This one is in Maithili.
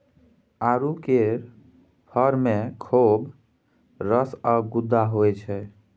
आड़ू केर फर मे खौब रस आ गुद्दा होइ छै